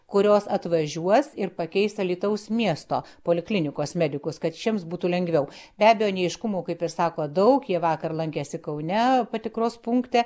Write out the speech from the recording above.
kurios atvažiuos ir pakeis alytaus miesto poliklinikos medikus kad šiems būtų lengviau be abejo neaiškumų kaip ir sako daug jie vakar lankėsi kaune patikros punkte